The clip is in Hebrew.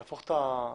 להפוך את התקופות.